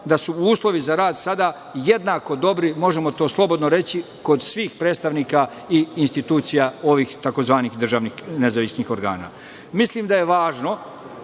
da su uslovi za rad sada jednako dobri, možemo to slobodno reći, kod svih predstavnika i institucija ovih tzv. nezavisnih državnih organa. Mislim da je važno